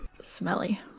Smelly